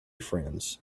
friends